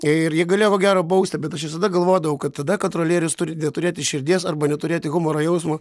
ir jie galėjo ko gero bausti bet aš visada galvodavau kad tada kontrolierius turi turėti širdies arba neturėti humoro jausmo